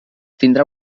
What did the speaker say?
tindrà